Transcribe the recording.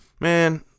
Man